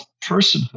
personhood